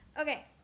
Okay